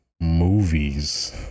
movies